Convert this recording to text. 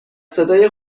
صدای